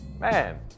Man